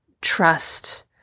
trust